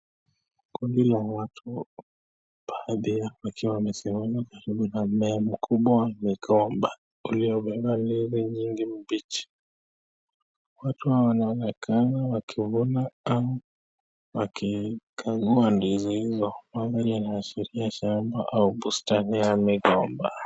Kundi la watu, baadhi yao wakiwa wamesimama karibu na mmea mkubwa wa migomba uliobeba ndizi mingi mbichi. Watu hao wanaonekana wakivuna kama wakikamua ndizi hizo. Mambo yanaashiria shamba au bustani ya migomba.